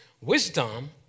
Wisdom